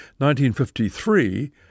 1953